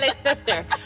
sister